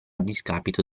discapito